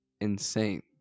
insane